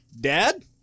dad